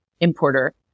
importer